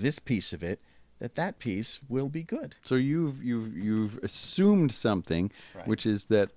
this piece of it that that peace will be good so you've assumed something which is that